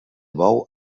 bou